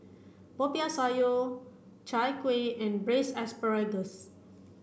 Popiah Sayur Chai Kuih and braised asparagus